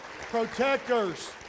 protectors